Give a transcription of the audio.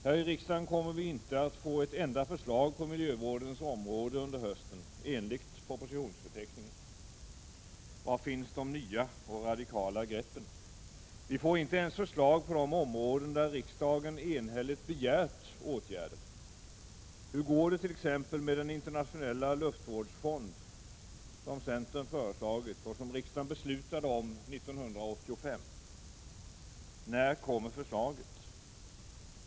Här i riksdagen kommer vi inte att få ett enda förslag på miljövårdens område under hösten — enligt propositionsförteckningen. Var finns de nya och radikala greppen? Vi får inte ens förslag på de områden där riksdagen enhälligt har begärt åtgärder. Hur går det t.ex. med den internationella luftvårdsfond som centern föreslagit och som riksdagen beslutade om 1985? När kommer förslaget?